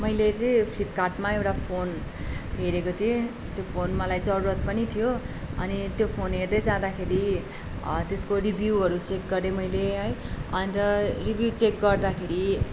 मैले चाहिँ फ्लिपकार्टमा एउटा फोन हेरेको थिएँ त्यो फोन मलाई जरुरत पनि थियो अनि त्यो फोन हेर्दे जाँदाखेरि त्यसको रिभ्यूहरू चेक गरेँ मैले है अन्त रिभ्यू चेक गर्दाखेरि